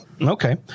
Okay